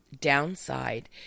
downside